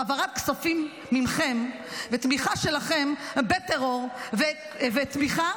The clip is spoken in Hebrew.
והעברת כספים מכם ותמיכה שלכם בטרור ותמיכה